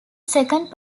second